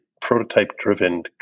prototype-driven